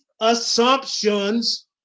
assumptions